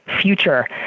future